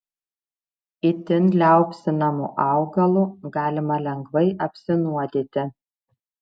itin liaupsinamu augalu galima lengvai apsinuodyti